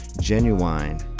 Genuine